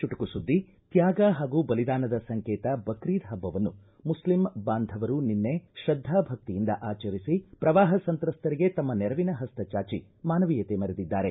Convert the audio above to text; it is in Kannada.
ಚುಟುಕು ಸುದ್ದಿ ತ್ಯಾಗ ಹಾಗೂ ಬಲಿದಾನದ ಸಂಕೇತ ಬಕ್ರೀದ್ ಹಬ್ಬವನ್ನು ಮುಸ್ಲಿಂ ಬಾಂಧವರು ನಿನ್ನೆ ಶ್ರದ್ದಾ ಭಕ್ತಿಯಿಂದ ಆಚರಿಸಿ ಪ್ರವಾಹ ಸಂತ್ರಸ್ತರಿಗೆ ತಮ್ಮ ನೆರವಿನ ಹಸ್ತ ಚಾಚಿ ಮಾನವೀಯತೆ ಮೆರೆದಿದ್ದಾರೆ